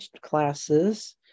classes